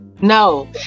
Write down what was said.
no